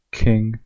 king